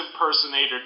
impersonator